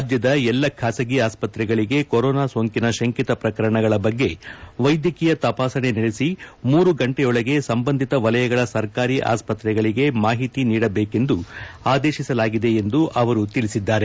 ರಾಜ್ಯದ ಎಲ್ಲಾ ಖಾಸಗಿ ಆಸ್ಪತ್ರೆಗಳಿಗೆ ಕೊರೊನಾ ಸೋಂಕಿನ ಶಂಕಿತ ಪ್ರಕರಣಗಳ ಬಗ್ಗೆ ವೈದ್ಯಕೀಯ ತಪಾಸಣೆ ನಡೆಸಿ ಮೂರು ಗಂಟೆಯೊಳಗೆ ಸಂಬಂಧಿತ ವಲಯಗಳ ಸರ್ಕಾರಿ ಆಸ್ಸತ್ರೆಗಳಿಗೆ ಮಾಹಿತಿ ನೀಡಬೇಕೆಂದು ಆದೇಶಿಸಲಾಗಿದೆ ಎಂದು ಅವರು ತಿಳಿಸಿದ್ದಾರೆ